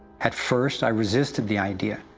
at first, i resisted the idea,